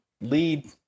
lead